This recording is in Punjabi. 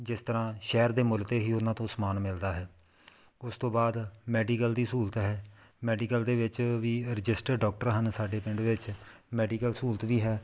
ਜਿਸ ਤਰ੍ਹਾਂ ਸ਼ਹਿਰ ਦੇ ਮੁੱਲ 'ਤੇ ਹੀ ਉਹਨਾਂ ਤੋਂ ਸਮਾਨ ਮਿਲਦਾ ਹੈ ਉਸ ਤੋਂ ਬਾਅਦ ਮੈਡੀਕਲ ਦੀ ਸਹੂਲਤ ਹੈ ਮੈਡੀਕਲ ਦੇ ਵਿੱਚ ਵੀ ਰਜਿਸਟਰ ਡੋਕਟਰ ਹਨ ਸਾਡੇ ਪਿੰਡ ਵਿੱਚ ਮੈਡੀਕਲ ਸਹੂਲਤ ਵੀ ਹੈ